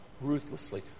ruthlessly